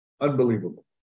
unbelievable